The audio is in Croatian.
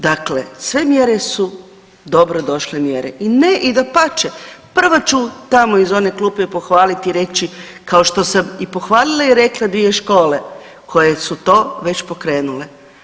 Dakle, sve mjere su dobrodošle mjere i ne, i dapače, prva ću tamo iz one klupe pohvaliti i reći, kao što sam i pohvalila i rekla 2 škole koje su to već pokrenule.